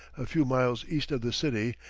a few miles east of the city,